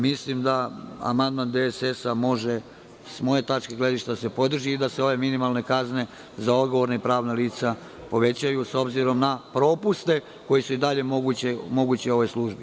Mislim da amandman DSS može s moje tačke gledišta da se podrži i da se ove minimalne kazne za odgovorna i pravna lica povećaju, s obzirom na propuste koji su i dalje mogući u ovoj službi.